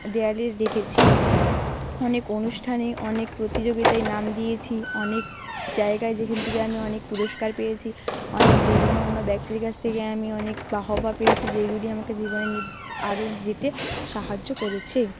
দেওয়ালে রেখেছি অনেক অনুষ্ঠানে অনেক প্রতিযোগিতায় নাম দিয়েছি অনেক জায়গায় যেখান থেকে আমি অনেক পুরস্কার পেয়েছি অনেক গণ্যমান্য ব্যক্তির কাছ থেকে আমি অনেক বাহবা পেয়েছি যেইগুলি আমাকে জীবনে আরও যেতে সাহায্য করেছে